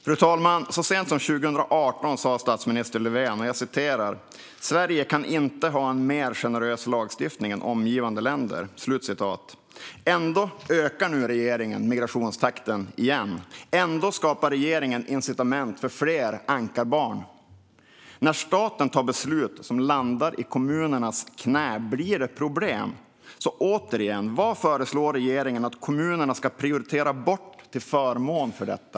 Fru talman! Så sent som 2018 sa statsminister Löfven: "Sverige kan inte ha en mer generös lagstiftning än omgivande länder." Ändå ökar nu regeringen migrationstakten igen. Ändå skapar regeringen incitament för fler ankarbarn. När staten tar beslut som landar i kommunernas knä blir det problem. Så återigen: Vad föreslår regeringen att kommunerna ska prioritera bort till förmån för detta?